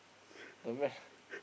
the ma~